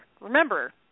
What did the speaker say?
remember